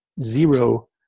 zero